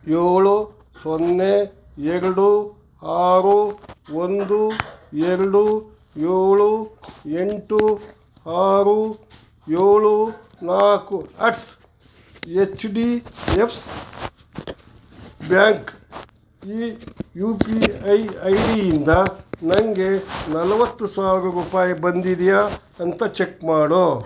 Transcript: ಏಳು ಸೊನ್ನೆ ಎರಡು ಆರು ಒಂದು ಎರಡು ಏಳು ಎಂಟು ಆರು ಏಳು ನಾಲ್ಕು ಎಟ್ಸ್ ಎಚ್ ಡಿ ಎಫ್ ಬ್ಯಾಂಕ್ ಈ ಯು ಪಿ ಐ ಐ ಡಿಯಿಂದ ನನಗೆ ನಲವತ್ತು ಸಾವಿರ ರೂಪಾಯಿ ಬಂದಿದೆಯಾ ಅಂತ ಚೆಕ್ ಮಾಡು